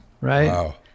right